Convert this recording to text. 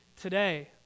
today